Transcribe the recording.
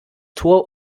tor